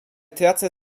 tracę